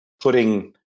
putting